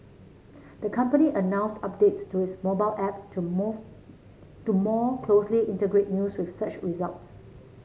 the company announced updates to its mobile app to more more closely integrate news with search results